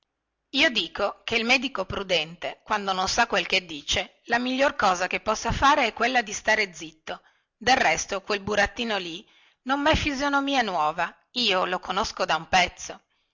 io dico che il medico prudente quando non sa quello che dice la miglior cosa che possa fare è quella di stare zitto del resto quel burattino lì non mè fisonomia nuova io lo conosco da un pezzo